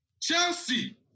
Chelsea